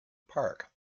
park